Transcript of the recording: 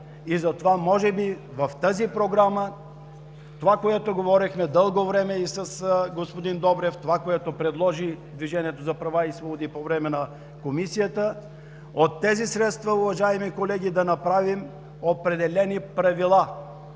си остана. Може би в тази Програма, говорихме дълго време с господин Добрев за това, което предложи Движение за права и свободи по време на Комисията – за тези средства, уважаеми колеги, да направим определени правила,